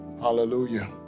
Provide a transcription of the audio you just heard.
Hallelujah